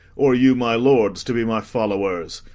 or you, my lords, to be my followers?